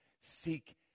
seek